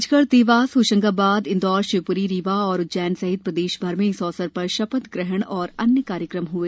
राजगढ़ देवास होशंगाबाद इंदौर शिवपुरी रीवा और उज्जैन सहित प्रदेश भर में इस अवसर पर शपथ ग्रहण और अन्य कार्यक्रम हुए